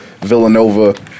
Villanova